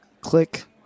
Click